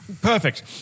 Perfect